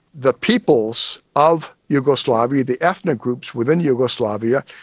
the peoples of yugoslavia, the ethnic groups within yugoslavia,